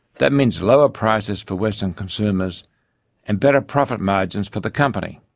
that means lower prices for western consumers and better profit margins for the company.